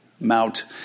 mount